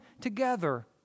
together